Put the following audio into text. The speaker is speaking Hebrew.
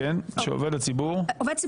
כתוב עובדי